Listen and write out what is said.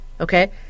Okay